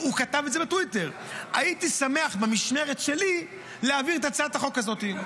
הוא כתב את זה בטוויטר: הייתי שמח במשמרת שלי להעביר את הצעת החוק הזאת.